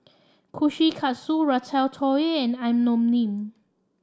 Kushikatsu Ratatouille and Imoni